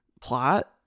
plot